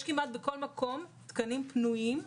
יש כמעט בכל מקום תקנים פנויים,